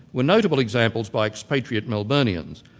were notable examples by ex patriot melburnians.